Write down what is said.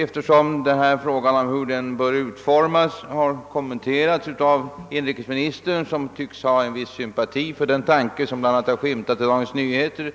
Eftersom frågan om hur denna bör utformas har kommenterats av inrikesministern, som tycks hysa en viss sympati för den tanke som bl.a. har skymtat i Dagens Nyheter,